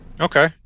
Okay